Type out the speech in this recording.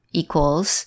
equals